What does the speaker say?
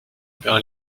par